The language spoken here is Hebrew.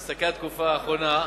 תסתכל על התקופה האחרונה,